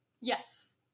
yes